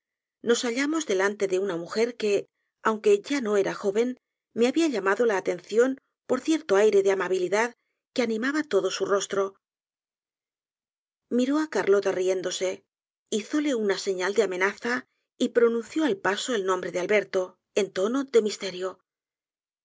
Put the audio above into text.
nos hallamos delante de una mujer quej aunque ya no era joven me habla llamado la atención por cierto aire de amabilidad que animaba todo su rostro miró á carlota riéndose hízole una señal de amenaza y pror nuncio al paso el nombre de alberto en tono de misterio